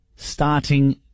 Starting